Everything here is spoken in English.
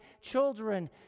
children